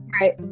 Right